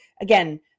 again